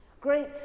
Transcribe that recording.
Great